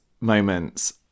moments